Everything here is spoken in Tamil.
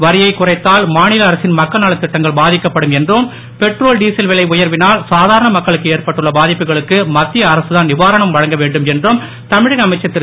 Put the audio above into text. வரியை குறைத்தால் மாநில அரசின் மக்கள் நலத் திட்டங்கள் பாதிக்கப்படும் என்றும் பெட்ரோல் டீசல் விலை உயர்வினால் சாதாரண மக்களுக்கு ஏற்பட்டுள்ள பாதிப்புகளுக்கு மத்திய அரசு தான் நீவாரணம் வழங்க வேண்டும் என்றும் தமிழக அமைச்சர் திரு